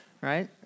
right